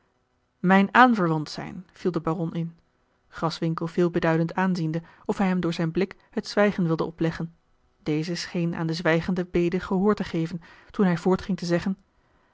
mijn aanverwant zijn viel de baron in graswinckel veelbeduidend aanziende of hij hem door zijn blik het zwijgen wilde opleggen deze scheen aan de zwijgende bede gehoor te geven toen hij voortging te zeggen